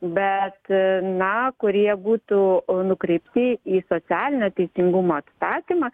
bet na kurie būtų nukreipti į socialinio teisingumo atstatymą